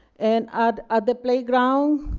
and at at the playground.